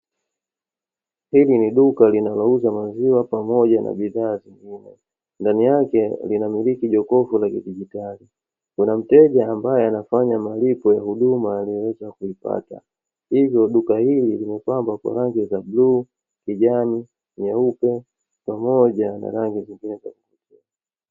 Hili ni duka linalouza maziwa pamoja na bidhaa zingine, ndani yake linamiliki jokofu la kidigitali. Kuna mteja ambaye anafanya malipo ya huduma aliyoweza kuipata; hivyo duka hili limepambwa kwa rangi za bluu, kijani, nyeupe, pamoja na rangi nyingine.